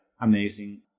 amazing